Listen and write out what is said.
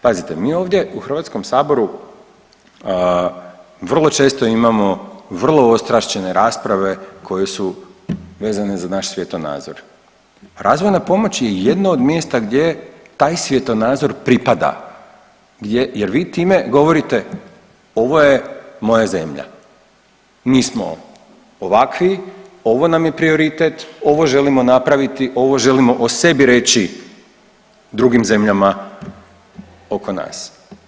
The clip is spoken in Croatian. Pazite mi ovdje u Hrvatskom saboru vrlo često imamo vrlo ostraščene rasprave koje su vezane za naš svjetonazor, a razvojna pomoć je jedno od mjesta gdje taj svjetonazor pripada jer vi time govorite ovo je moja zemlja, mi smo ovakvi, ovo nam je prioritet, ovo želimo napraviti, ovo želimo o sebi reći drugim zemljama oko nas.